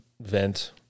vent